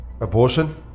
abortion